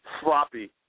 Sloppy